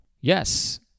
Yes